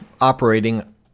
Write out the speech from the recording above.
operating